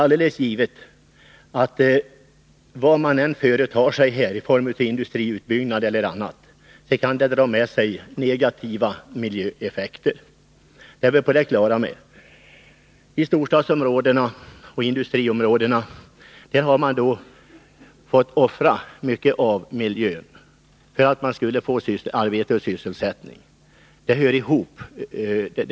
Alldeles givet är att vad man än företar sig i form av industriutbyggnad eller annat kan dra med sig negativa miljöeffekter. Det är vi på det klara med. I storstadsområden eller i industriområden har man fått offra mycket av miljön för att skapa sysselsättning. Det brukar vara så.